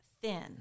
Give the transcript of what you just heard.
thin